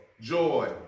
joy